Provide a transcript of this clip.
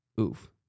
Oof